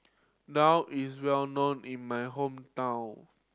daal is well known in my hometown